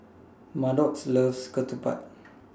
Maddox loves Ketupat